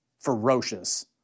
ferocious